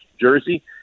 jersey